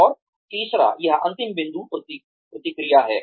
और तीसरा यहां अंतिम बिंदु प्रतिक्रिया है